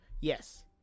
yes